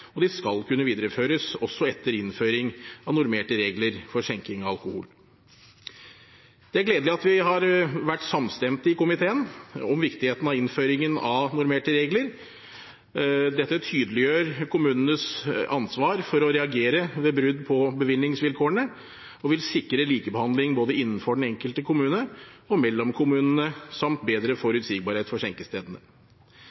og de skal kunne videreføres også etter innføring av normerte regler for skjenking av alkohol. Det er gledelig at vi har vært samstemte i komiteen om viktigheten av innføringen av normerte regler. Dette tydeliggjør kommunenes ansvar for å reagere ved brudd på bevillingsvilkårene og vil sikre likebehandling både innenfor den enkelte kommune og mellom kommunene samt bedre forutsigbarhet for skjenkestedene.